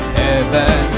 heaven